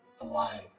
Alive